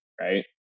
right